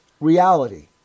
reality